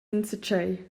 enzatgei